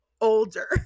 older